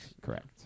correct